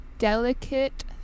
delicate